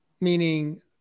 meaning